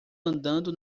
andando